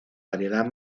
variedad